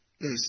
Yes